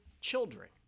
children